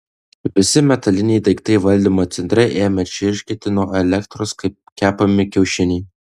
visi metaliniai daiktai valdymo centre ėmė čirškėti nuo elektros kaip kepami kiaušiniai